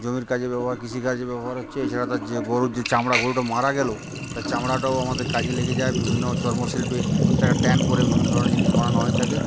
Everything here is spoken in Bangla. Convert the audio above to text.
জমির কাজে ব্যবহার কৃষিকাজে ব্যবহার হচ্ছে এছাড়া তার যে গরুর যে চামড়া গরুটা মারা গেলো তার চামড়াটাও আমাদের কাজে লেগে যায় বিভিন্ন চর্মশিল্পে সেটাকে ট্যান করে বিভিন্ন ধরনের জিনিস বানানো হয়ে থাকে